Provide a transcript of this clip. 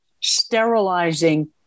sterilizing